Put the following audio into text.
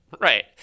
Right